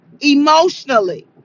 emotionally